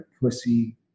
pussy